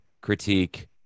critique